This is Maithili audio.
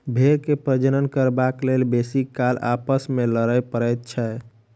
भेंड़ के प्रजनन करबाक लेल बेसी काल आपस मे लड़य पड़ैत छै